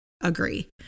agree